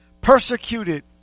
Persecuted